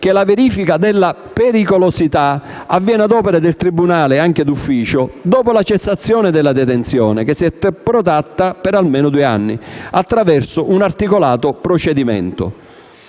che la verifica della pericolosità avvenga ad opera del tribunale (anche d'ufficio), dopo la cessazione della detenzione che si è protratta per almeno due anni, attraverso un articolato procedimento.